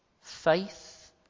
Faith